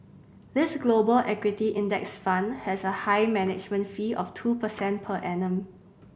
this Global Equity Index Fund has a high management fee of two percent per annum